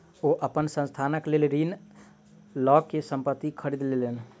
ओ अपन संस्थानक लेल ऋण लअ के संपत्ति खरीद लेलैन